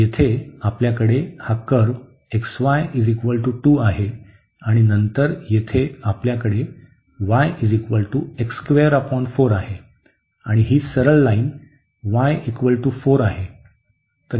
येथे आपल्याकडे हा कर्व्ह xy 2 आहे आणि नंतर येथे आपल्याकडे y आहे आणि ही सरळ लाईन y 4 आहे